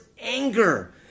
anger